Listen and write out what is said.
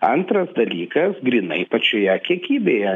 antras dalykas grynai pačioje kiekybėje